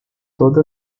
toda